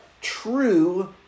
true